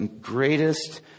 greatest